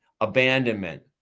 abandonment